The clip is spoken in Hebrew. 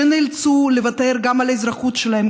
שנאלצו לוותר גם על האזרחות שלהם,